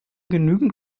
genügend